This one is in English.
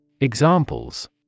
Examples